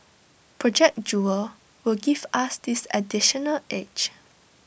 project jewel will give us this additional edge